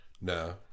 No